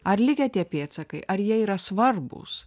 ar likę tie pėdsakai ar jie yra svarbūs